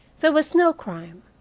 there was no crime.